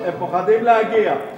הם פוחדים להגיע.